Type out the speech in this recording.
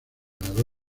ganador